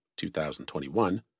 2021